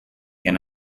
can